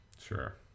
Sure